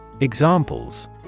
Examples